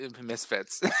Misfits